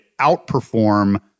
outperform